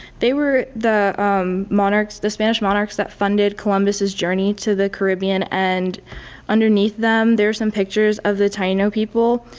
they were the um monarchs, the spanish monarchs that funded columbus' journey to the caribbean and underneath them there's some pictures of the taino people.